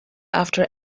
after